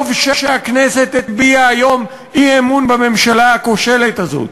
טוב שהכנסת הביעה היום אי-אמון בממשלה הכושלת הזאת.